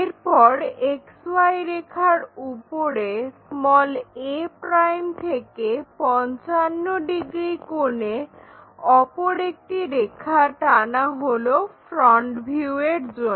এরপর XY রেখার উপরে a' থেকে 55 ডিগ্রী কোণে অপর একটি রেখা টানা হলো ফ্রন্ট ভিউ এর জন্য